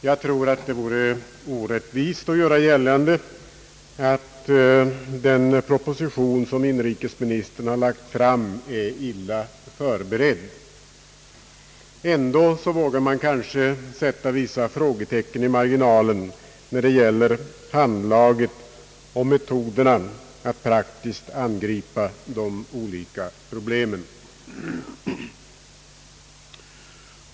Jag tror det vore orättvist att göra gällande att den proposition som inrikesministern har lagt fram är illa förberedd. Ändå vågar man kanske sätta vissa frågetecken i marginalen när det gäller handlaget och metoderna att praktiskt angripa de olika problemen.